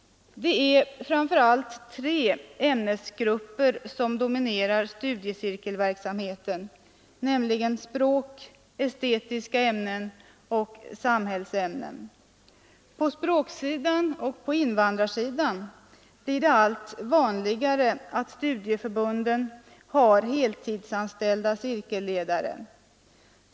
Det är framför allt tre ämnesgrupper som dominerar studiecirkelverksamheten, nämligen språk, estetiska ämnen och samhällsämnen. På språksidan och på invandrarsidan blir det allt vanligare att studieförbunden har heltidsanställda cirkelledare.